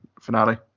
finale